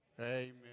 Amen